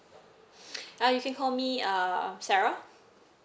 uh you can call me uh sarah